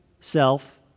self